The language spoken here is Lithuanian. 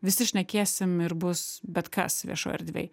visi šnekėsim ir bus bet kas viešoj erdvėj